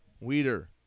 Weeder